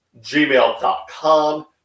gmail.com